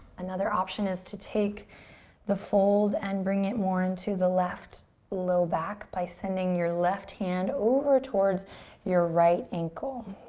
another option is to take the fold and bring it more into the left low back by sending your left hand over towards your right ankle.